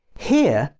here,